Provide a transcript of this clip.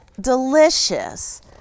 delicious